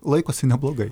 laikosi neblogai